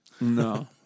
No